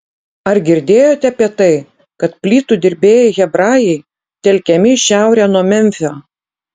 ar girdėjote apie tai kad plytų dirbėjai hebrajai telkiami į šiaurę nuo memfio